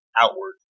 outward